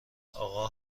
آقا